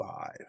five